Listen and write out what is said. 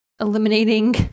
eliminating